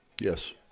Yes